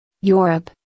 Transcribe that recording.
Europe